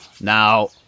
Now